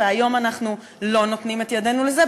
והיום אנחנו לא נותנים את ידנו לזה,